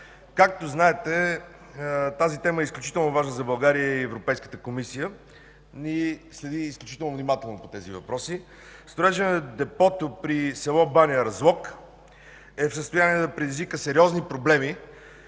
Както знаете, тази тема е изключително важна за България и Европейската комисия ни следи изключително внимателно по тези въпроси. Строежът на депото при с. Баня, Разлог е в състояние да предизвика сериозни проблеми